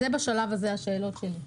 אלה השאלות שלי בשלב זה.